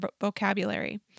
vocabulary